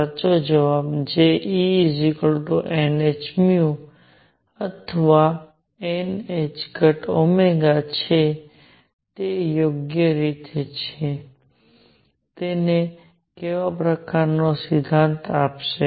સાચો જવાબ જે Enhν અથવા nℏω છે તે યોગ્ય રીતે છે તેને કેવા પ્રકારનો સિદ્ધાંત આપશે